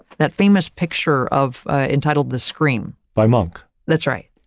that famous picture of entitled the scream. by monk. that's right.